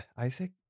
Isaac